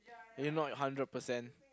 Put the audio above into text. you not hundred percent